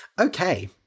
Okay